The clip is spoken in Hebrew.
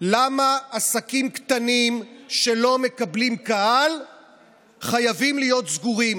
למה עסקים קטנים שלא מקבלים קהל חייבים להיות סגורים.